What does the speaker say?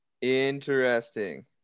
Interesting